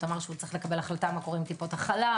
אמר שצריך לקבל החלטה מה קורה עם טיפות החלב,